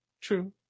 true